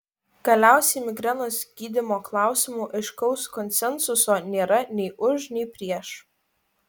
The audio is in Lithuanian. galiausiai migrenos gydymo klausimu aiškaus konsensuso nėra nei už nei prieš